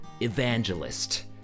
evangelist